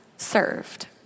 served